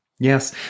Yes